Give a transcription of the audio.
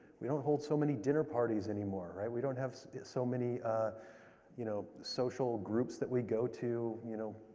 we don't hold so many dinner parties anymore, right? we don't have so many you know social groups that we go to, you know,